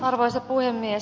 arvoisa puhemies